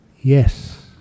Yes